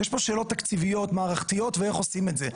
יש פה שאלות תקציביות מערכתיות ואיך עושים את זה,